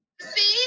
See